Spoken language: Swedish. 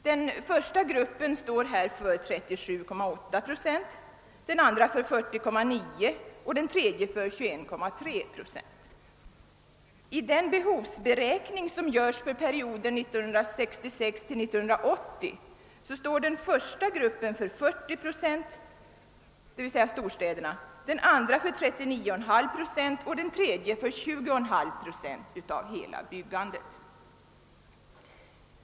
Den första gruppen står för 37,8 procent, den andra för 40,9 procent och den tredje för 21,3 procent. I den behovsberäkning som görs för perioden 1966— 1980 står den första gruppen — d. v. s. storstäderna — för 40 procent, den andra för 39,5 procent och den tredje för 20,5 procent av hela byggandet.